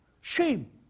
Shame